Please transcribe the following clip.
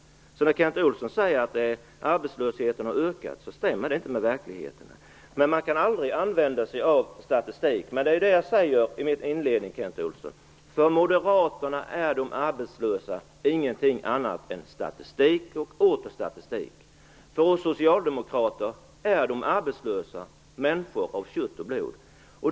När Kent Olsson säger att arbetslösheten har ökat stämmer det inte med verkligheten. Men man kan aldrig använda sig av statistik. Det är ju det jag säger i min inledning, Kent Olsson. För moderaterna är de arbetslösa ingenting annat än statistik och åter statistik. För oss socialdemokrater är de arbetslösa människor av kött och blod.